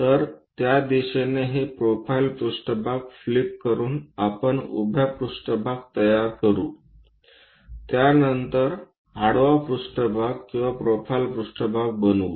तर त्या दिशेने हे प्रोफाइल पृष्ठभाग फ्लिप करून आपण उभ्या पृष्ठभाग तयार करू त्यानंतर आडवा पृष्ठभाग आणि प्रोफाइल पृष्ठभाग बनवू